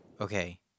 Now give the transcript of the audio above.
Okay